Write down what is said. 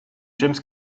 james